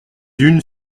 unes